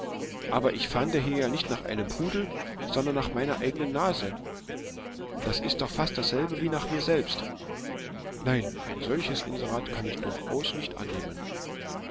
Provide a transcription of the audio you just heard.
aber ich fahnde hier ja nicht nach einem pudel sondern nach meiner eigenen nase und das ist doch fast dasselbe wie nach mir selbst nein ein solches inserat kann ich durchaus nicht annehmen